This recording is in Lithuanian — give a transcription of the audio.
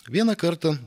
vieną kartą